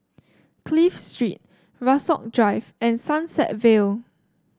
Clive Street Rasok Drive and Sunset Vale